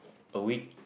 a week